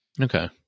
Okay